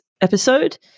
episode